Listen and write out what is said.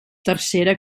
tercera